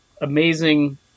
amazing